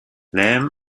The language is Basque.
lehen